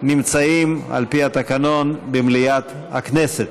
נמצאים על פי התקנון במליאת הכנסת.